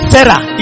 Sarah